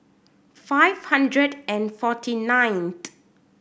five hundred and forty night